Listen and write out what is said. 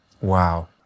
Wow